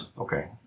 Okay